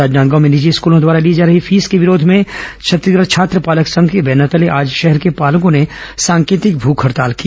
राजनांदगांव में निजी स्कूलों द्वारा ली जा रही फीस के विरोध में छत्तीसगढ़ छात्र पालक संघ के बैनर तले आज शहर के पालकों ने सांकेतिक भूख हड़ताल की